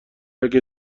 اگه